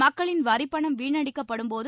மக்களின் வரிப்பணம் வீணடிக்கப்படும்போது